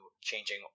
changing